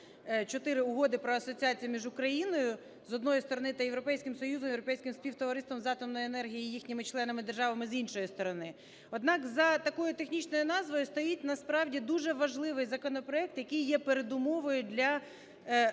IV Угоди про асоціацію між Україною, з одної сторони, та Європейським Союзом, Європейським співтовариством з атомної енергії і їхніми членами державами, з іншої сторони)." Однак за такою технічною назвою стоїть насправді дуже важливий законопроект, який є передумовою для